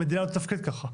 המדינה לא תתפקד כך.